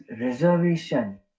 reservation